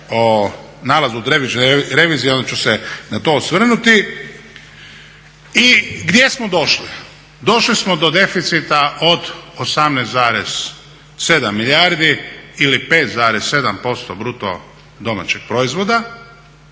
o nalazu Državne revizije onda ću se na to osvrnuti. I gdje smo došli? Došli smo do deficita od 18,7 milijardi ili 5,7% bruto domaćeg proizvoda.